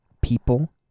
people